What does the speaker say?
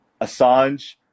Assange